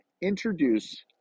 introduce